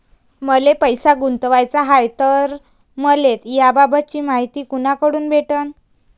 मले पैसा गुंतवाचा हाय तर मले याबाबतीची मायती कुनाकडून भेटन?